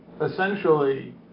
essentially